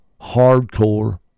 hardcore